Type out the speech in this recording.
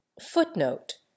Footnote